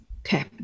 okay